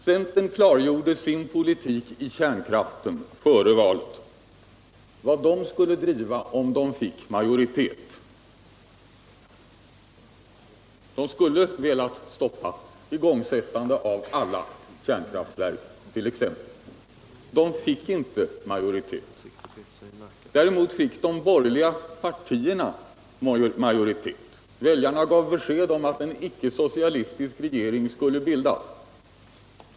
Centern klargjorde före valet den politik i kärnkraftsfrågan som centerpartiet skulle driva om det fick majoritet. Man skulle ha velat stoppa igångsättandet av alla kärnkraftverk, t.ex. Centern fick inte majoritet. Däremot fick de borgerliga partierna tillsammans majoritet. Väljarna gav besked om att en icke socialistisk regering skulle bildas.